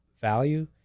value